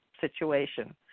situation